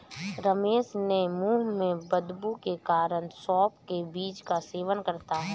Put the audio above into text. रमेश ने मुंह में बदबू के कारण सौफ के बीज का सेवन किया